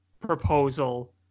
proposal